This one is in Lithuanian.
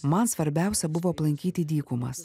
man svarbiausia buvo aplankyti dykumas